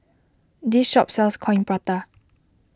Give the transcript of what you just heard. this shop sells Coin Prata